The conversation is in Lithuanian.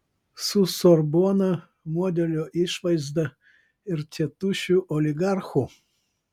su sorbona modelio išvaizda ir tėtušiu oligarchu